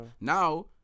now